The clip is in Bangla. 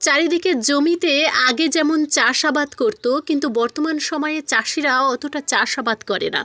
চারিদিকে জমিতে আগে যেমন চাষাবাদ করতো কিন্তু বর্তমান সময়ে চাষিরা অতোটা চাষাবাদ করে না